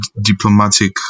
diplomatic